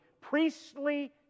priestly